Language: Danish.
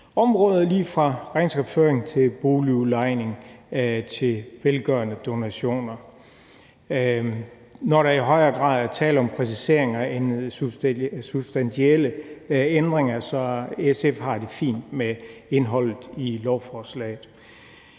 område lige fra regnskabsføring til boligudlejning og til velgørende donationer. Når der i højere grad er tale om præciseringer end substantielle ændringer, så har SF det fint med indholdet i lovforslaget.